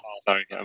sorry